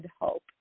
hope